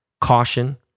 Caution